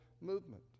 Movement